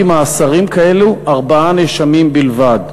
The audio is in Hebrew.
מאסרים כאלו על ארבעה נאשמים בלבד.